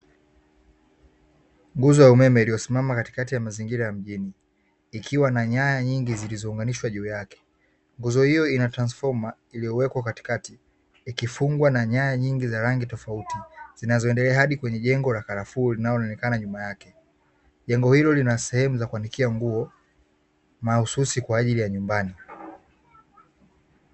Nguzo ya umeme iliyosimama katikati ya mazingira ya mjini, ikiwa na nyaya nyingi zilizounganishwa juu yake, nguzo hiyo ina transfoma iliyowekwa katikati, ikifungwa na nyanya nyingi za rangi tofauti, zinazoendelea hadi kwenye jengo la karafuu linaloonekana nyuma yake, jengo hilo lina sehemu za kuanikia nguo mahususi kwa ajili ya nyumbani.